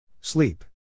Sleep